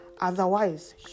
Otherwise